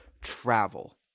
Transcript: travel